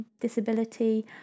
disability